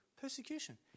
Persecution